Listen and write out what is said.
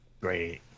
great